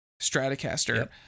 Stratocaster